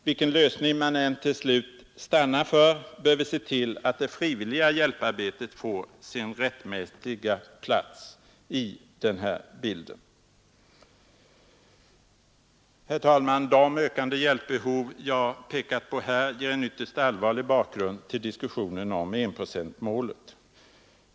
Vilken lösning man än till slut stannar för bör vi se till att det frivilliga hjälparbetet här får sin rättmätiga plats i bilden. Herr talman! De ökande hjälpbehov jag här pekat på ger en ytterst allvarlig bakgrund till diskussionen om enprocentmålet.